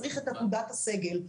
צריך את עתודת הסגל.